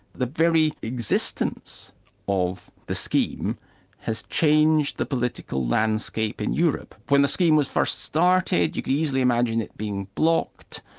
the very existence of the scheme has changed the political landscape in europe. when the scheme was first started you could easily imagine it being blocked.